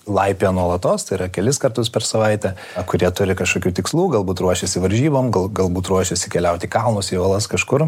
laipioja nuolatos tai yra kelis kartus per savaitę kurie turi kažkokių tikslų galbūt ruošiasi varžybom galbūt ruošiasi keliaut į kalnus į uolas kažkur